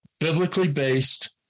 biblically-based